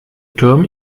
turm